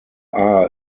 are